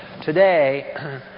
today